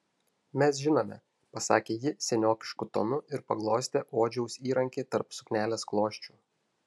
mes žinome pasakė ji seniokišku tonu ir paglostė odžiaus įrankį tarp suknelės klosčių